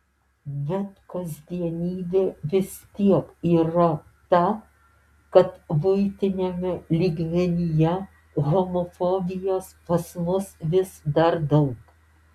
bet kasdienybė vis tiek yra ta kad buitiniame lygmenyje homofobijos pas mus vis dar daug